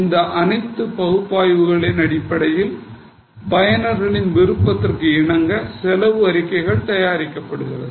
இந்த அனைத்து பகுப்பாய்வுகளின் அடிப்படையில் பயனர்களின் விருப்பத்திற்கு இணங்க செலவு அறிக்கைகள் தயாரிக்கப்படுகின்றன